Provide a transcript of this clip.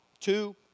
Two